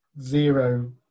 zero